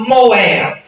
Moab